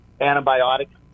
antibiotics